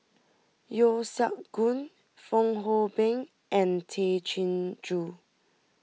Yeo Siak Goon Fong Hoe Beng and Tay Chin Joo